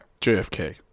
JFK